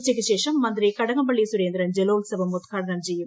ഉച്ചയ്ക്കുശേഷം മന്ത്രി കടകംപള്ളി സുരേന്ദ്രൻ ജലോത്സവം ഉദ്ഘാടനം ചെയ്യും